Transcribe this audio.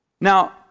Now